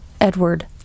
Edward